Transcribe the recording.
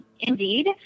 Indeed